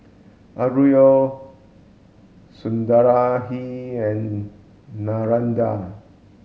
Alluri Sundaraiah and Narendra